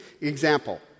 example